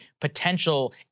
potential